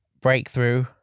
breakthrough